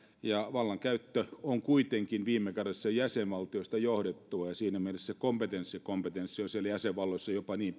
vallankäyttö on kuitenkin viime kädessä jäsenvaltioista johdettua ja siinä mielessä kompetenssikompetenssi on siellä jäsenvaltioissa jopa niin